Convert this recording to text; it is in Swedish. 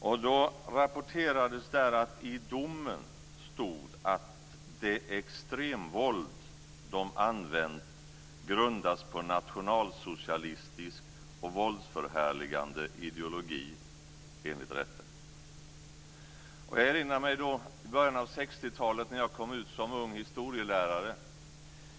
Det rapporterades att det i domen stod att det extremvåld de använt enligt rätten grundas på nationalsocialistisk och våldsförhärligande ideologi. Jag erinrar mig början av 60-talet när jag kom ut som ung historielärare.